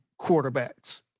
quarterbacks